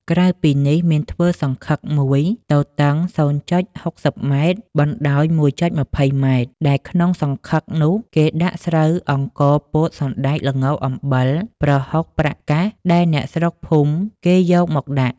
ក្រៅពីនេះមានធ្វើសង្ឃឹកមួយ ទទឹង ០.៦០ម បណ្តោយ ១.២០ម ដែលក្នុងសង្ឃឹកនោះ គេដាក់ស្រូវ អង្ករ ពោត សណ្តែក ល្ង អំបិល ប្រហុក ប្រាក់កាស ដែលអ្នកស្រុកភូមិគេយកមកដាក់ ។